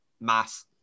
mass